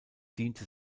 diente